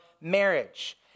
marriage